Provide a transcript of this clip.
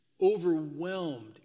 overwhelmed